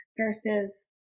versus